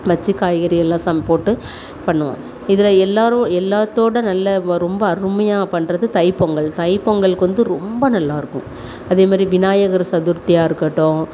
வச்சு காய்கறி எல்லாம் ச போட்டு பண்ணுவோம் இதில் எல்லாரோம் எல்லாத்தோடு நல்லா வரும் ரொம்ப அருமையாக பண்ணுறது தைப்பொங்கல் தைப்பொங்கல்க்கு வந்து ரொம்ப நல்லாயிருக்கும் அதேமாதிரி விநாயகர் சதுர்த்தியாக இருக்கட்டும்